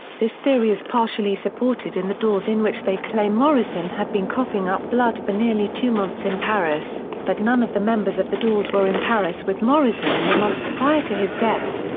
this theory is partially supported in the doors in which they claim morrison had been coughing up blood for nearly nearly two months in paris, but none of the members of the doors were in paris with morrison in the months prior to his death.